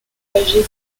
usagers